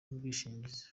n’ubwishingizi